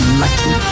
lucky